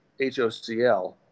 HOCl